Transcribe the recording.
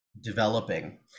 developing